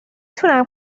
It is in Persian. تونم